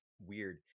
weird